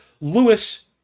Lewis